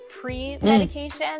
pre-medication